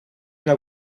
una